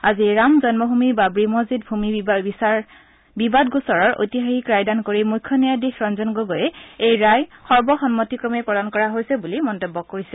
আজি ৰাম জন্মভূমি বাবৰি মছজিদ ভূমি বিবাদ গোচৰৰ ঐতিহাসিক ৰায়দান কৰি মুখ্য ন্যায়াধীশ ৰঞ্জন গগৈয়ে এই ৰায় সৰ্বসন্মতিক্ৰমে প্ৰদান কৰা হৈছে বুলি মন্তব্য কৰিছে